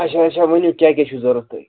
اچھا اچھا ؤنِو کیٛاہ کیٛاہ چھُ ضوٚرَتھ تۄہہِ